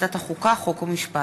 שהחזירה ועדת החוקה, חוק ומשפט,